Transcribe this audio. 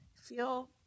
feel